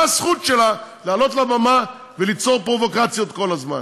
מה הזכות שלה לעלות לבמה ולצעוק פרובוקציות כל הזמן?